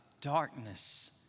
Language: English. darkness